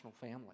family